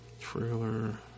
Trailer